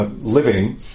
living